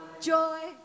Joy